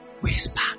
whisper